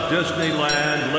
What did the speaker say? Disneyland